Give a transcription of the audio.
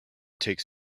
takes